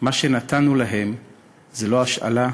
מה שנתנו להן זה לא השאלה